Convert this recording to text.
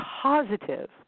positive